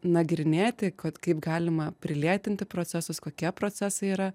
nagrinėti kad kaip galima prilėtinti procesus kokie procesai yra